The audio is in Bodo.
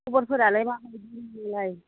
खब'रफोरालाय मा बायदि नोंनालाय